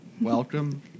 Welcome